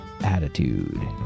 attitude